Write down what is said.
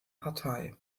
partei